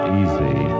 easy